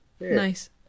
nice